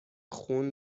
خون